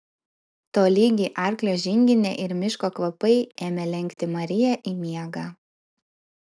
tolygi arklio žinginė ir miško kvapai ėmė lenkti mariją į miegą